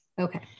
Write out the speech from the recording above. Okay